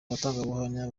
batangabuhamya